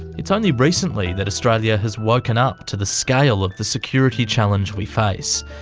it's only recently that australia has woken up to the scale of the security challenge we face.